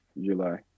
July